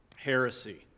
heresy